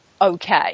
okay